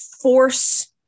force